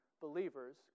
believers